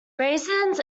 raisins